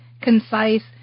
concise